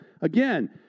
Again